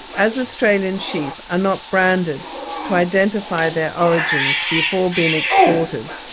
as australian sheep are not branded to identify their origins before being exported,